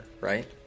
right